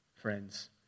Friends